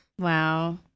Wow